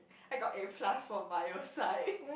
I got A plus for bio psych